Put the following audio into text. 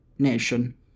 nation